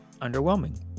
underwhelming